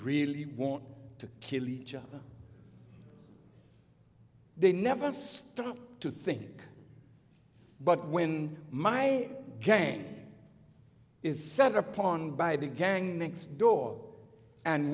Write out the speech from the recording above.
really want to kill each other they never stop to think but when my game is set upon by a big gang next door and